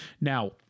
now